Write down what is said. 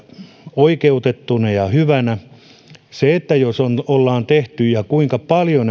oikeutettuna ja hyvänä se jos ollaan tehty näitä kansalaislakialoitteita ja kuinka paljon